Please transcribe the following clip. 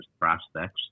prospects